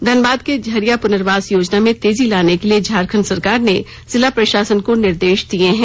धनबाद के झरिया पुनर्वास योजना में तेजी लाने के लिए झारखंड सरकार ने जिला प्रशासन को निर्देश दिये हैं